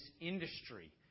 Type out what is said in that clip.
industry